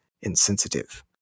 insensitive